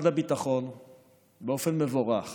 באופן מבורך